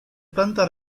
planta